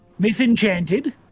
misenchanted